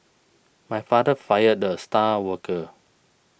my father fired the star worker